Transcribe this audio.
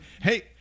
hey